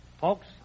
Folks